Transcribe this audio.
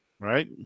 right